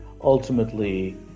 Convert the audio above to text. ultimately